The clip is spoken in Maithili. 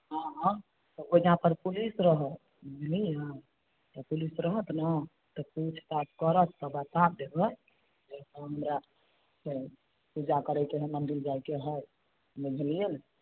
हँ हँ तऽ ओइजा पर पुलिस रहत बुझलियै तऽ पुलिस रहत ने तऽ पूछताछ करत तऽ बता देबै जे हमरा से पूजा करै के है मन्दिर जायके है बुझलियै ने